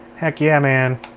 heck yeah, man.